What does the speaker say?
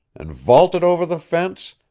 and vaulted over the fence,